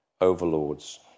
overlords